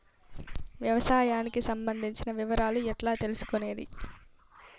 వ్యవసాయానికి సంబంధించిన వివరాలు ఎట్లా తెలుసుకొనేది?